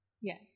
Yes